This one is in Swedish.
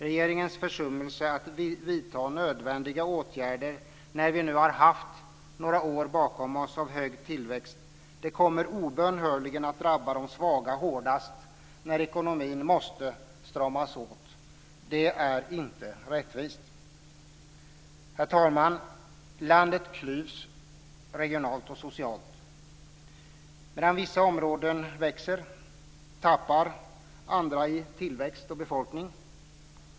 Regeringens försummelse att vidtaga nödvändiga åtgärder, när vi nu har några år av hög tillväxt bakom oss, kommer obönhörligt att drabba de svaga hårdast när ekonomin måste stramas åt. Det är inte rättvist. Herr talman! Landet klyvs regionalt och socialt. Medan vissa områden växer, tappar andra i tillväxt och befolkning.